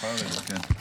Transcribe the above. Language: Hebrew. את יכולה לרדת, כן.